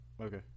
Okay